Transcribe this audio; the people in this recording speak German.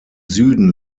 süden